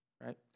right